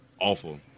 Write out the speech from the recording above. awful